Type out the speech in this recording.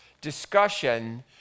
discussion